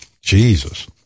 Jesus